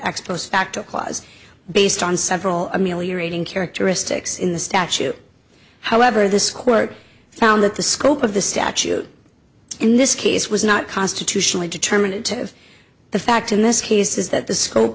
ex post facto clause based on several ameliorating characteristics in the statute however this court found that the scope of the statute in this case was not constitutionally determinative the fact in this case is that the scope